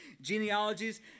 genealogies